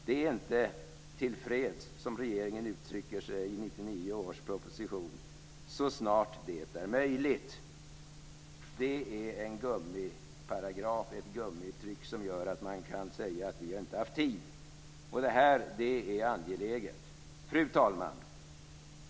Vi är inte tillfreds med "så snart det är möjligt", som regeringen uttrycker sig i 1999 års proposition. Det är en gummiparagraf och ett gummiuttryck som gör att man kan säga: Vi har inte haft tid. Detta är angeläget. Fru talman!